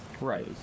Right